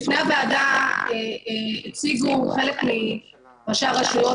בפני הוועדה הציגו חלק מראשי הרשויות,